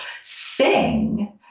sing